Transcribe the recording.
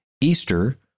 Easter